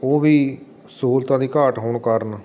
ਉਹ ਵੀ ਸਹੂਲਤਾਂ ਦੀ ਘਾਟ ਹੋਣ ਕਾਰਨ